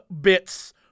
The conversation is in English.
bits